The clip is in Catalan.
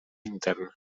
intern